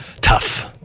Tough